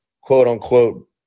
quote-unquote